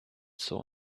saw